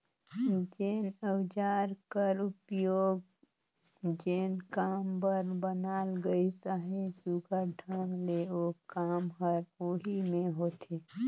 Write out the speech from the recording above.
जेन अउजार कर उपियोग जेन काम बर बनाल गइस अहे, सुग्घर ढंग ले ओ काम हर ओही मे होथे